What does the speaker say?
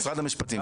ממשרד המשפטים, כן.